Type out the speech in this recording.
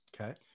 Okay